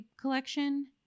collection